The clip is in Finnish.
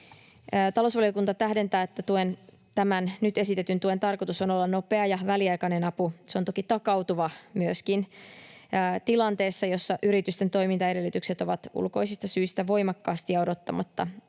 Talousvaliokunta tähdentää, että tämän nyt esitetyn tuen tarkoitus on olla nopea ja väliaikainen apu. Se on toki takautuva myöskin tilanteessa, jossa yritysten toimintaedellytykset ovat ulkoisista syistä voimakkaasti ja odottamatta